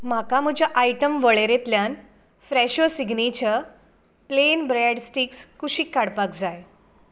म्हाका म्हज्या आयटम वळेरेंतल्यान Fresho signature plain brand sticks कुशीक काडपाक जाय